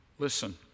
Listen